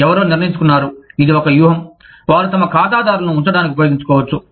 ఎవరో నిర్ణయించుకున్నారు ఇది ఒక వ్యూహం వారు తమ ఖాతాదారులను ఉంచడానికి ఉపయోగించుకోవచ్చు